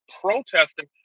protesting